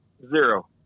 zero